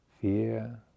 fear